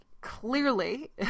clearly